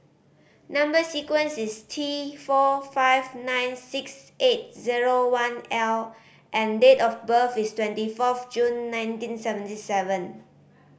number sequence is T four five nine six eight zero one L and date of birth is twenty forth June nineteen seventy seven